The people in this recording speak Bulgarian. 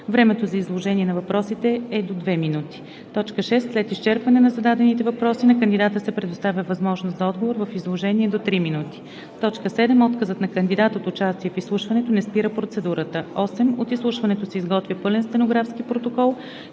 Времето за изложение на въпросите е до 2 минути. 6. След изчерпване на зададените въпроси на кандидата се предоставя възможност за отговор в изложение до 3 минути. 7. Отказът на кандидат от участие в изслушването не спира процедурата. 8. От изслушването се изготвя пълен стенографски протокол,